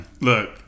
Look